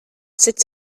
sits